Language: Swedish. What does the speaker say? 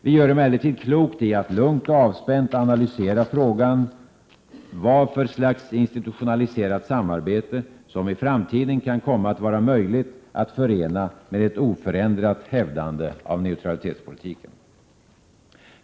Vi gör emellertid klokt i att lugnt och avspänt analysera frågan vad för slags institutionaliserat samarbete som i framtiden kan komma att vara möjligt att förena med ett oförändrat hävdande av neutralitetspolitiken.